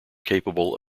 capable